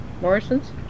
Morrisons